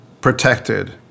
protected